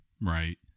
right